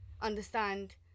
understand